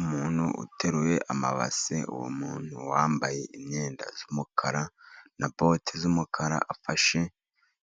Umuntu uteruye amabase, uwo muntu yambaye imyenda y'umukara na boti z'umukara. Afashe